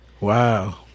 Wow